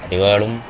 the autumn